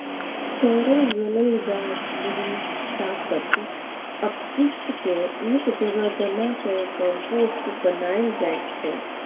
सरल गलल गाछ बिरीछ, कासत, अपशिष्ट केँ एक जगह जमा कए कंपोस्ट बनाएल जाइ छै